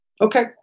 Okay